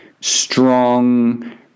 strong